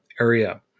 area